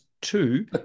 Two